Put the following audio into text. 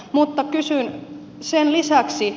mutta kysyn sen lisäksi